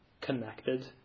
connected